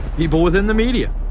people within the media